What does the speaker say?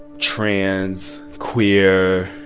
trans, queer,